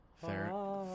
Fair